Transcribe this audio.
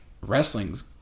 wrestling's